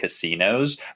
casinos